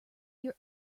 your